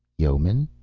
yeoman?